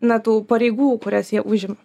na tų pareigų kurias jie užim